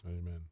Amen